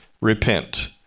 Repent